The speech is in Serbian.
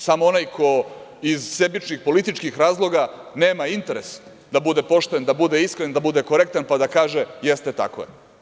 Samo onaj ko iz sebičnih političkih razloga nema interes da bude pošten, da bude iskren, da bude korektan pa da kaže – jeste tako je.